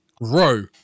grow